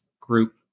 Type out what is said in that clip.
group